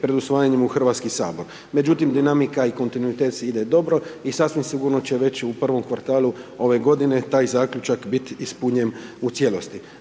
pred usvajanjem u Hrvatski sabor. Međutim, dinamika i kontinuitet ide dobro i sasvim sigurno će već u prvom kvartalu ove godine, taj zaključak biti ispunjen u cijelosti.